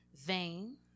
vain